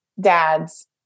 dads